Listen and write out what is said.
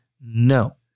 No